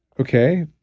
okay.